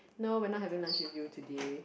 no we're not having lunch with you today